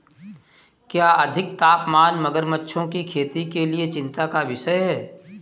क्या अधिक तापमान मगरमच्छों की खेती के लिए चिंता का विषय है?